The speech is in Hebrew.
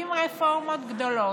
עם רפורמות גדולות.